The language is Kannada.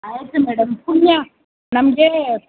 ಆಯಿತು ಮೇಡಮ್ ಪುಣ್ಯ ನಮಗೆ